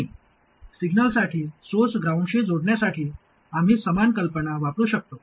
आणि सिग्नलसाठी सोर्स ग्राउंडशी जोडण्यासाठी आम्ही समान कल्पना वापरू शकतो